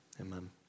Amen